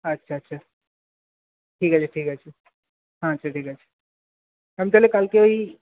আচ্ছা আচ্ছা ঠিক আছে ঠিক আছে আচ্ছা ঠিক আছে আমি তাহলে কালকে ওই